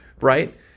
right